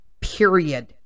period